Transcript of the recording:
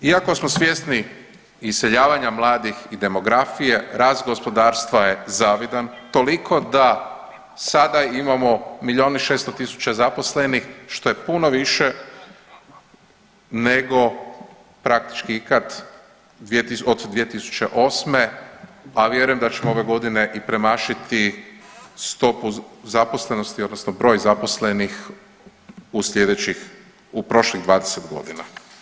Iako smo svjesni iseljavanja mladih i demografije, rast gospodarstva je zavidan toliko da sada imamo milijun i 600 tisuća zaposlenih što je puno više nego praktički kad od 2008., a vjerujem da ćemo ove godine i premašiti stopu zaposlenosti odnosno broj zaposlenih u sljedećih u prošlih 20 godina.